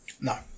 No